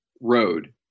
road